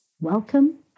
Welcome